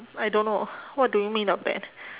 I don't know what do you mean of that